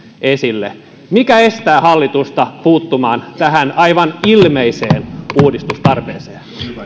esille mikä estää hallitusta puuttumasta tähän aivan ilmeiseen uudistustarpeeseen